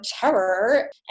terror